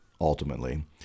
ultimately